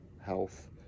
health